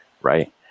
Right